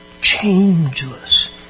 changeless